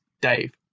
dave